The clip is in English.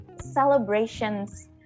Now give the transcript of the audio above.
celebrations